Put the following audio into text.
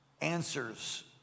answers